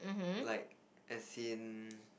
like as in